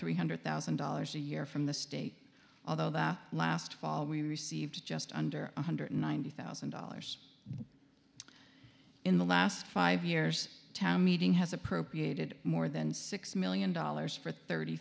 three hundred thousand dollars a year from the state although that last fall we received just under one hundred ninety thousand dollars in the last five years town meeting has appropriated more than six million dollars for thirty